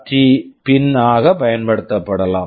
D UART pin pin ஆக பயன்படுத்தப்படலாம்